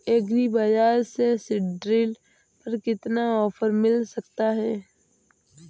Agree बाजार से seed drill पर कितना ऑफर मिल सकता है?